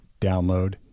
download